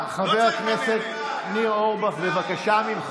חבר הכנסת ניר אורבך, בבקשה ממך.